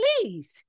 please